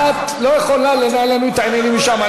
את לא יכולה לנהל לנו את העניינים משם,